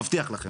מבטיח לכם,